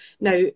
Now